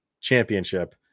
championship